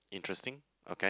interesting okay